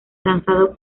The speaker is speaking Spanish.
lanzado